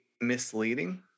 misleading